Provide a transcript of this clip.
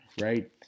right